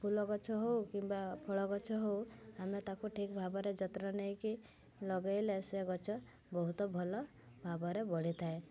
ଫୁଲଗଛ ହଉ କିମ୍ବା ଫଳଗଛ ହଉ ଆମେ ତାକୁ ଠିକ୍ ଭାବରେ ଯତ୍ନ ନେଇକି ଲଗେଇଲେ ସେ ଗଛ ବହୁତ ଭଲ ଭାବରେ ବଢ଼ିଥାଏ